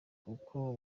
kuko